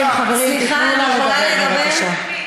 חברים, חברים, תיתנו לה לדבר, בבקשה.